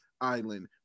Island